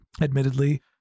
admittedly